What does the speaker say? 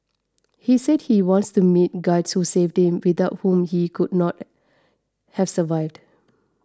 he said he wants to meet guides who saved him without whom he could not have survived